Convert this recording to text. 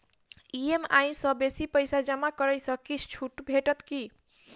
EMI सँ बेसी पैसा जमा करै सँ किछ छुट भेटत की?